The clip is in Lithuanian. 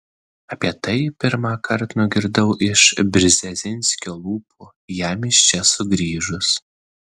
apie tai pirmąkart nugirdau iš brzezinskio lūpų jam iš čia sugrįžus